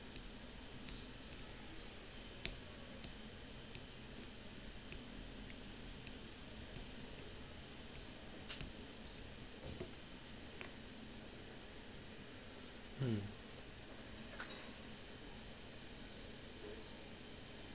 mm